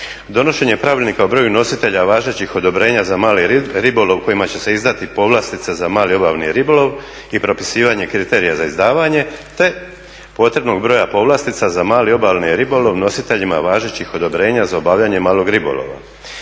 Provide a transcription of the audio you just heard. Donošenje pravilnika o broju nositelja važećih odobrenja za mali ribolov kojima će se izdati povlastica za mali obalni ribolov i propisivanje kriterija za izdavanje, te potrebnog broja povlastica za mali i obalni ribolov nositeljima važećih odobrenja za obavljanje malog ribolova.